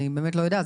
אני באמת לא יודעת,